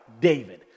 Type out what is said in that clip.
David